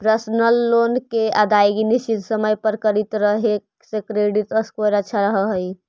personal loan के अदायगी निश्चित समय पर करित रहे से क्रेडिट स्कोर अच्छा रहऽ हइ